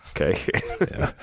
Okay